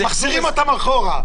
מחזירים אותם אחורה.